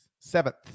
Seventh